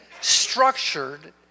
structured